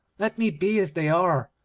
let me be as they are,